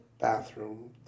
Bathroom